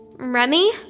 Remy